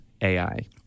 ai